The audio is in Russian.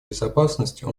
безопасностью